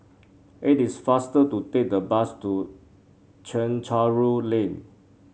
it is faster to take the bus to Chencharu Lane